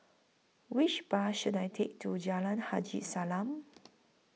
Which Bus should I Take to Jalan Haji Salam